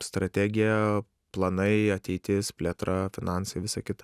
strategija planai ateitis plėtra finansai visa kita